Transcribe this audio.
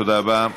תודה רבה.